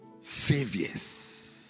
Saviors